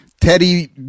teddy